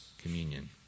communion